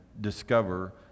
discover